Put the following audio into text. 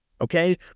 okay